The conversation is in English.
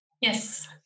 yes